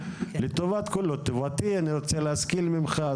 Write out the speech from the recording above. לטובתי אני רוצה להשכיל ממך,